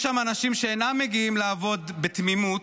יש שם אנשים שאינם מגיעים לעבוד בתמימות,